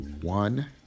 one